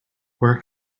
where